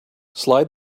slide